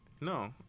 No